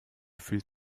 fühlt